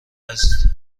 اصل